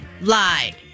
Lied